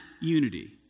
unity